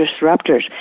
disruptors